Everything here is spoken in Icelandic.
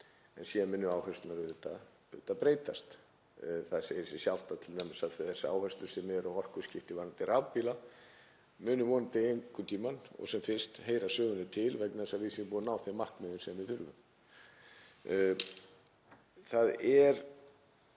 en síðan muni áherslurnar auðvitað breytast. Það segir sig sjálft að t.d. þær áherslur sem eru á orkuskipti varðandi rafbíla munu vonandi einhvern tímann og sem fyrst heyra sögunni til vegna þess að við verðum búin að ná þeim markmiðum sem við þurfum. Alltaf